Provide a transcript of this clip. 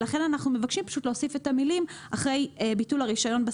לכן אנחנו מבקשים אחרי "ביטול הרישיון"